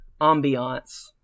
ambiance